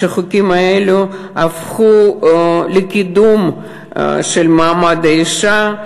החוקים האלה הפכו לכלי לקידום מעמד האישה,